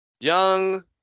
young